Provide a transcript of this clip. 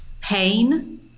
pain